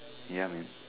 ya man